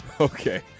Okay